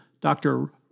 Dr